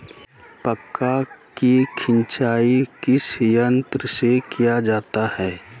मक्का की सिंचाई किस यंत्र से किया जाता है?